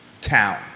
Town